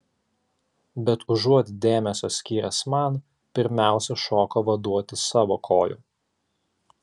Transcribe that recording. bet užuot dėmesio skyręs man pirmiausia šoko vaduoti savo kojų